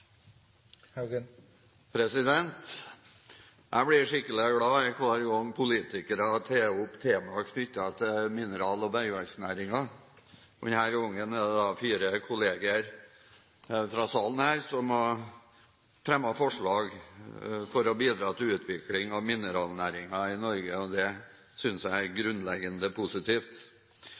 til. Jeg blir skikkelig glad hver gang politikere tar opp temaer knyttet til mineral- og bergverksnæringen. Denne gangen er det fire kolleger fra salen som har fremmet forslag for å bidra til utvikling av mineralnæringen i Norge. Det synes jeg er grunnleggende positivt.